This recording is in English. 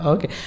Okay